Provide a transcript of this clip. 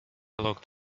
locked